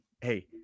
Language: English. hey